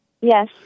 Yes